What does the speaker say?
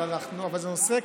אבל זה נושא,